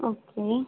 okay